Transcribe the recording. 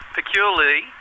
peculiarly